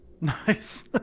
Nice